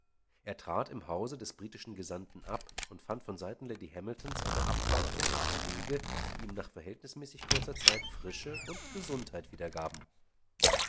er trat im hause des britischen gesandten ab und fand von seiten lady hamiltons eine abwartung und pflege die ihm nach verhältnismäßig kurzer zeit frische und gesundheit wiedergaben